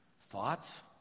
thoughts